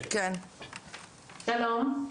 שלום,